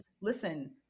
listen